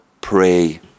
pray